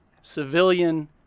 civilian